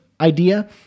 idea